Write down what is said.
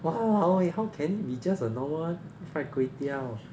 !walao! eh how can it be just a normal fried kway teow